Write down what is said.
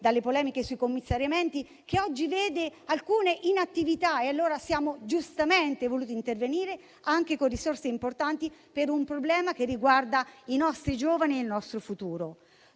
dalle polemiche sui commissariamenti, che oggi vede alcune inattività. E allora abbiamo giustamente deciso di intervenire anche con risorse importanti per un problema che riguarda i nostri giovani e il nostro futuro.